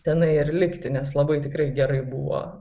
tenai ir likti nes labai tikrai gerai buvo